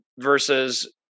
versus